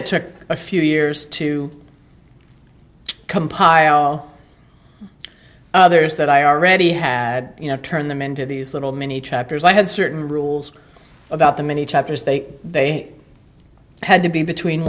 it took a few years to compile others that i already had you know turn them into these little mini chapters i had certain rules about the many chapters they they had to be between